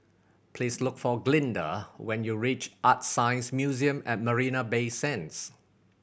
please look for Glynda when you reach ArtScience Museum at Marina Bay Sands